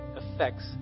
effects